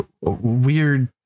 weird